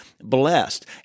blessed